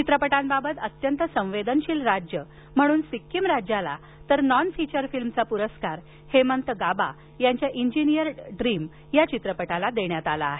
चित्रपटांबाबत अत्यंत संवेदनशील राज्य म्हणून सिक्कीम राज्याला तर नॉन फीचर फिल्मचा पुरस्कार हेमंत गाबा यांच्या इंजिनिअर्ड ड्रीम ला देण्यात आला आहे